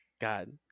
God